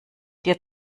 dir